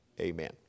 Amen